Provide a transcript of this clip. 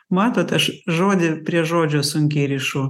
matot aš žodį prie žodžio sunkiai rišu